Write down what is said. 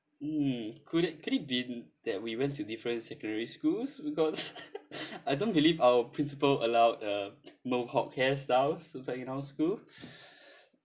mm could it could it been that we went to different secondary schools because I don't believe our principal allowed uh mohawk hair style so that in our school